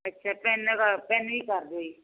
ਅੱਛਾ ਪੈਨ ਕ ਪੈੱਨ ਵੀ ਕਰ ਦਿਓ ਜੀ